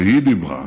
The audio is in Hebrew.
והיא דיברה.